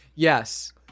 Yes